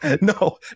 No